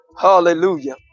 hallelujah